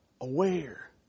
aware